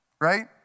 right